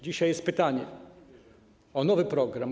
Dzisiaj jest pytanie o nowy program.